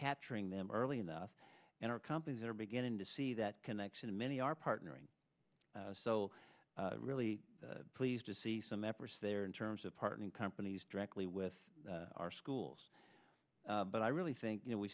capturing them early enough and our companies are beginning to see that connection and many are partnering so really pleased to see some efforts there in terms of parting companies directly with our schools but i really think you know we